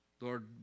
Lord